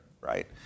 right